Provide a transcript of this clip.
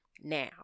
now